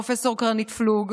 פרופ' קרנית פלוג,